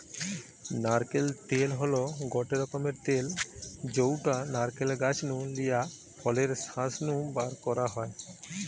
নারকেল তেল হল গটে রকমের তেল যউটা নারকেল গাছ নু লিয়া ফলের শাঁস নু বারকরা হয়